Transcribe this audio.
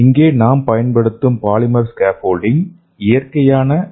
இங்கு நாம் பயன்படுத்தும் பாலிமர் ஸ்கேஃபோல்டிங் இயற்கையான ஈ